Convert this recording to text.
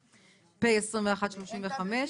(פ/2135/24),